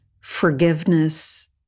forgiveness